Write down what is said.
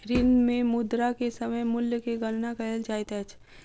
ऋण मे मुद्रा के समय मूल्य के गणना कयल जाइत अछि